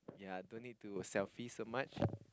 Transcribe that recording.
yea don't need to selfie so much